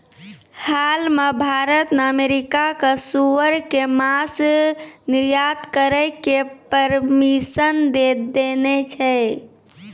हाल मॅ भारत न अमेरिका कॅ सूअर के मांस निर्यात करै के परमिशन दै देने छै